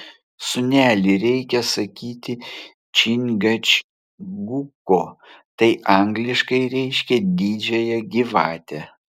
sūneli reikia sakyti čingačguko tat angliškai reiškia didžiąją gyvatę